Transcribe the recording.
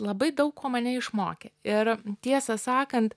labai daug ko mane išmokė ir tiesą sakant